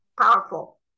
powerful